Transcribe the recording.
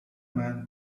man